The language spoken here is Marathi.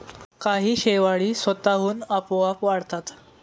काही शेवाळी स्वतःहून आपोआप वाढतात